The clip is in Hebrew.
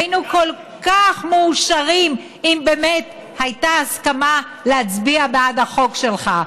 והיינו כל כך מאושרים אם באמת הייתה הסכמה להצביע בעד החוק שלך.